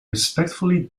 respectfully